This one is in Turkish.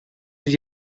yüz